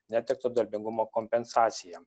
netekto darbingumo kompensacija